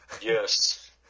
Yes